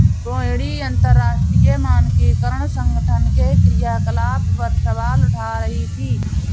रोहिणी अंतरराष्ट्रीय मानकीकरण संगठन के क्रियाकलाप पर सवाल उठा रही थी